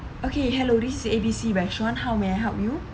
okay hello this is A B C restaurant how may I help you